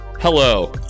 hello